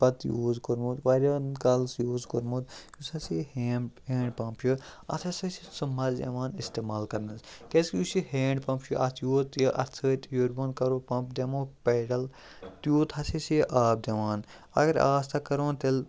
پَتہٕ یوٗز کوٚرمُت واریاہَن کَالس یوٗز کوٚرمُت یُس ہَسا یہِ ہیم ہینٛڈ پَمپ چھُ اَتھ ہَسا چھِ سُہ مَزٕ یِوان اِستعمال کَرنَس کیٛازِکہِ یُس یہِ ہینٛڈ پَمپ چھُ اَتھ یوت یہِ اَتھ سۭتۍ ہیٚور بۄن کَرو پَمپ دِمو پیڈل تیوٗت ہَساے چھِ یہِ آب دِوان اگر آستہ کَرٕون تیٚلہِ